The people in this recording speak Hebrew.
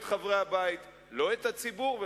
גם את חברי הבית וגם את הציבור,